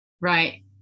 Right